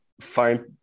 find